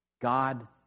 God